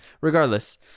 Regardless